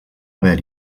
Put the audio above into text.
haver